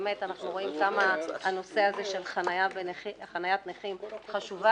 באמת אנחנו רואים כמה הנושא הזה של חניית נכים חשוב,